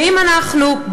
ואם אנחנו,